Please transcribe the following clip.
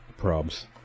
Probs